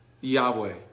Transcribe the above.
Yahweh